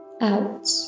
out